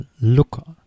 look